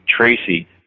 Tracy